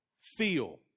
feel